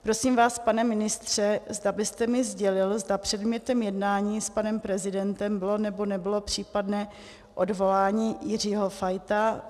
Prosím vás, pane ministře, zda byste mi sdělil, zda předmětem jednání s panem prezidentem bylo nebo nebylo případné odvolání Jiřího Fajta.